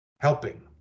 helping